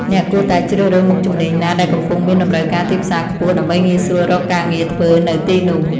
អ្នកគួរតែជ្រើសរើសមុខជំនាញណាដែលកំពុងមានតម្រូវការទីផ្សារខ្ពស់ដើម្បីងាយស្រួលរកការងារធ្វើនៅទីនោះ។